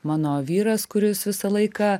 mano vyras kuris visą laiką